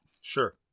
Sure